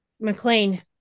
McLean